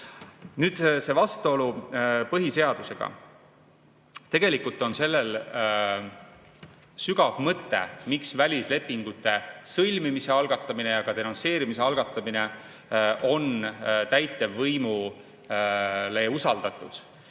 Nüüd see vastuolu põhiseadusega. Tegelikult on sellel sügav mõte, miks välislepingute sõlmimise ja ka denonsseerimise algatamine on täitevvõimule usaldatud.